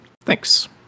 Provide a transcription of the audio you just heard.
Thanks